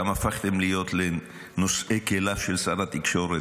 גם הפכתם להיות לנושאי כליו של שר התקשורת.